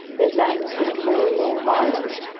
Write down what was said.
ned land was getting more and more riled,